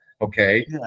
okay